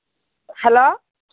hello